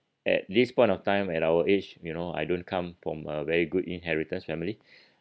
at this point of time at our age you know I don't come from a very good inheritance family